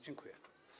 Dziękuję.